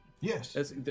Yes